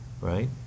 right